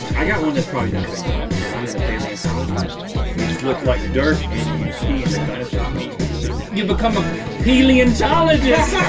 i got one that's probably not been done, cause i'm into paleontology? it looks like dirt and you pee, and the dinosaur bones get revealed. you become a pee-leontologist!